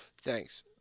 thanks